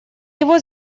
его